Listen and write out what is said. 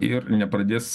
ir nepradės